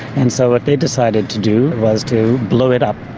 and so what they decided to do was to blow it up.